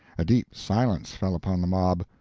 a deep silence fell upon the mob.